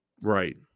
Right